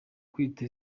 kwita